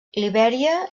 libèria